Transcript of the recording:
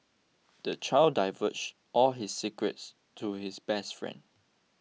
the child divulged all his secrets to his best friend